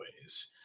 ways